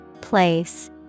Place